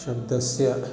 शब्दस्य